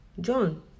John